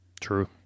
True